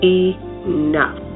enough